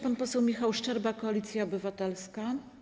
Pan poseł Michał Szczerba, Koalicja Obywatelska.